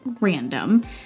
random